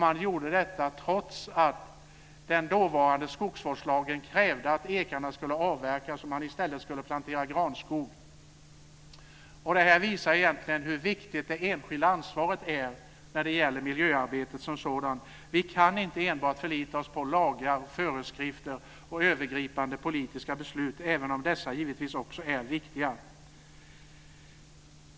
Man gjorde detta trots att den dåvarande skogsvårdslagen krävde att ekarna skulle avverkas och att man i stället skulle plantera granskog. Det här visar hur viktigt det enskilda ansvaret är när det gäller miljöarbetet som sådant. Vi kan inte enbart förlita oss på lagar, föreskrifter och övergripande politiska beslut, även om dessa också givetvis är viktiga.